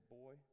boy